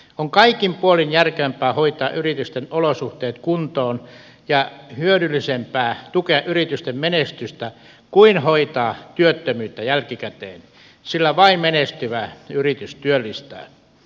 on kaikin puolin järkevämpää hoitaa yritysten olosuhteet kuntoon ja hyödyllisempää tukea yritysten menestystä kuin hoitaa työttömyyttä jälkikäteen sillä vain menestyvä yritys työllistää